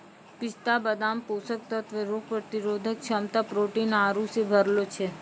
पिस्ता बादाम पोषक तत्व रोग प्रतिरोधक क्षमता प्रोटीन आरु से भरलो छै